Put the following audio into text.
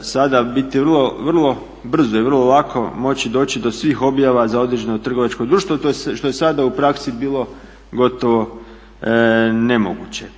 sada biti vrlo brzo i vrlo lako moći doći do svih objava za određeno trgovačko društvo što je sada u praksi bilo gotovo nemoguće.